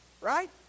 right